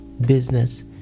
business